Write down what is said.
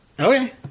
Okay